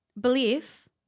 belief